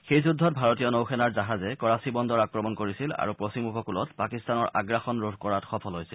সেই যুদ্ধত ভাৰতীয় নৌসেনাৰ জাহাজে কৰাচী বন্দৰ আক্ৰমণ কৰিছিল আৰু পশ্চিম উপকূলত পাকিস্তানৰ আগ্ৰাসন ৰোধ কৰাত সফল হৈছিল